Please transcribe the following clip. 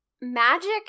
magic